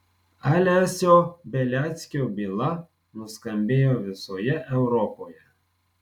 alesio beliackio byla nuskambėjo visoje europoje